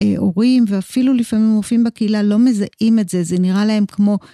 הורים ואפילו לפעמים מופיעים בקהילה לא מזהים את זה, זה נראה להם כמו...